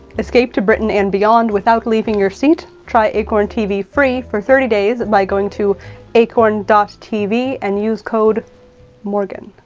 escape to britain and beyond without leaving your seat. try acorn tv free for thirty days by going to acorn and tv and use code morgan.